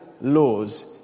laws